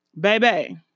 baby